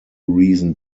reason